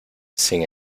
sin